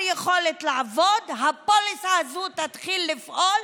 יכולת לעבוד הפוליסה הזאת תתחיל לפעול